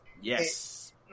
Yes